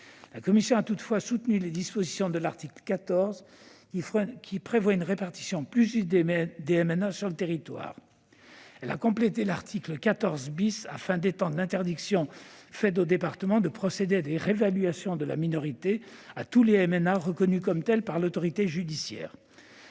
La commission a toutefois soutenu les dispositions de l'article 14, qui prévoit une répartition plus juste des MNA sur le territoire. Elle a complété l'article 14 afin d'étendre l'interdiction faite aux départements de procéder à des réévaluations de la minorité à tous les MNA reconnus comme tels par l'autorité judiciaire.